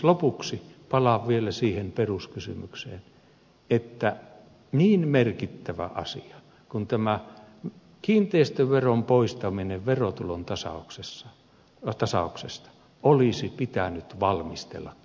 lopuksi palaan vielä siihen peruskysymykseen että niin merkittävä asia kuin tämä kiinteistöveron poistaminen verotulon tasauksesta olisi pitänyt valmistella kunnolla